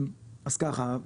אז ככה,